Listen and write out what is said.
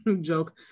joke